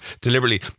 deliberately